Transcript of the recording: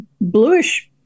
bluish